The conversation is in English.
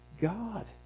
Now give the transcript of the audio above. God